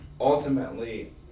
ultimately